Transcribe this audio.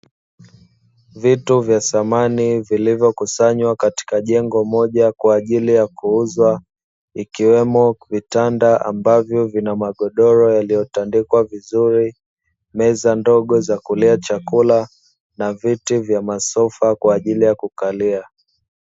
Vitu vya samani vya vilivyokusanywa katika jengo moja kwa ajili ya kuuzwa ikiwemo vitanda ambavyo vina magodoro yaliyotandikwa vizuri meza ndogo za kulia chakula na viti vya masofa kwa ajili ya kukalia.